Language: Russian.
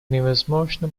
невозможно